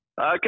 Okay